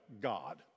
God